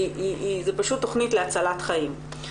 כי זו פשוט תכנית להצלת חיים.